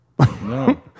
No